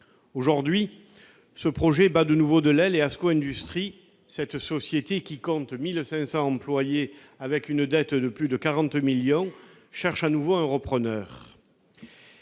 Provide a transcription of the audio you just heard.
Aujourd'hui, ce projet bat de nouveau de l'aile et Asco Industries, cette société qui compte 1 500 employés et qui a contracté une dette de plus de 40 millions d'euros, cherche à nouveau un repreneur.